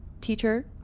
teacher